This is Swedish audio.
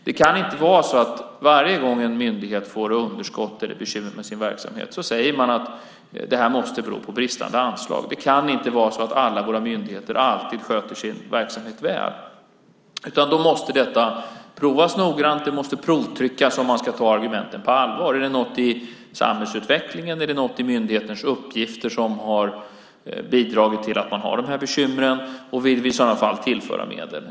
Det kan inte vara så att varje gång en myndighet får underskott eller bekymmer med sin verksamhet säger man att det måste bero på bristande anslag. Det kan inte vara så att alla våra myndigheter alltid sköter sin verksamhet väl. Detta måste provas noggrant. Det måste provtryckas om man ska ta argumenten på allvar. Är det något i samhällsutvecklingen? Är det något i myndighetens uppgifter som har bidragit till att man har de här bekymren? Och vill vi i sådana fall tillföra medel?